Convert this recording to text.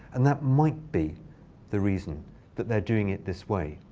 and that might be the reason that they're doing it this way.